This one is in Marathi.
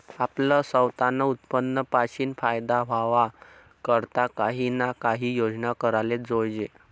आपलं सवतानं उत्पन्न पाशीन फायदा व्हवा करता काही ना काही योजना कराले जोयजे